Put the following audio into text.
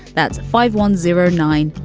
that's five one zero nine.